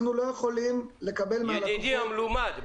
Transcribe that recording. אנחנו לא יכולים לקבל מהלקוחות --- ידידי המלומד,